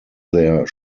their